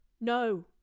no